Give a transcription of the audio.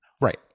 right